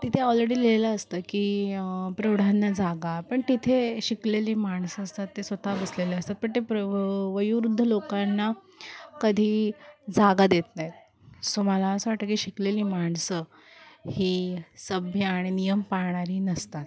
तिथे ऑलरेडी लिहिलेलं असतं की प्रौढांना जागा पण तिथे शिकलेली माणसं असतात ते स्वतः बसलेले असतात पण ते प्र वयोवृद्ध लोकांना कधी जागा देत नाहीत सो मला असं वाटतं की शिकलेली माणसं ही सभ्य आणि नियम पाळणारी नसतात